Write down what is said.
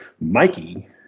mikey